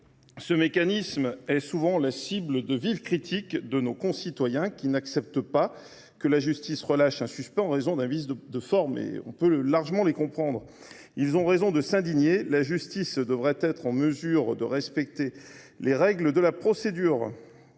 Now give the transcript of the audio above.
Ce mécanisme est souvent la cible de vives critiques de nos concitoyens, qui n’acceptent pas que la justice relâche un suspect en raison d’un vice de forme. On peut largement les comprendre ! Les citoyens ont raison de s’indigner : la justice devrait être en mesure de respecter les règles de la procédure.